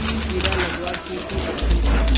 कीड़ा लगवार की की लक्षण छे?